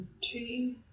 two